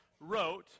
wrote